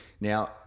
Now